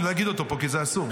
אני לא אגיד אותו פה, כי זה אסור.